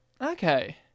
Okay